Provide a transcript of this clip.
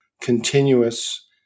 continuous